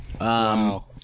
Wow